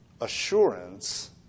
assurance